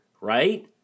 Right